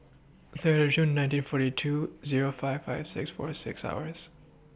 Third of June nineteen forty two Zero five five six forty six hours